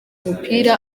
umupira